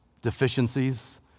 deficiencies